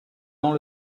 dans